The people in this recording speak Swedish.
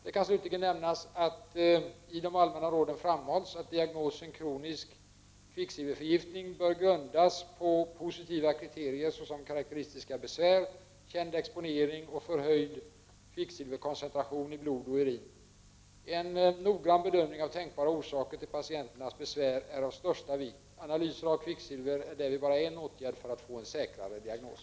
Det kan slutligen nämnas att i de allmänna råden framhålls att diagnosen kronisk kvicksilverförgiftning bör grundas på positiva kriterier såsom karakteristiska besvär, känd exponering och förhöjd kvicksilverkoncentration i blod och urin. En noggrann bedömning av tänkbara orsaker till patienternas besvär är av största vikt. Analyser av kvicksilver är därvid bara en åtgärd för att få en säkrare diagnos.